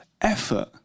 effort